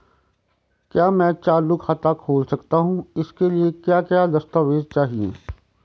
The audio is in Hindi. क्या मैं चालू खाता खोल सकता हूँ इसके लिए क्या क्या दस्तावेज़ चाहिए?